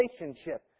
relationship